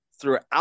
throughout